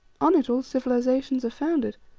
on it all civilizations are founded.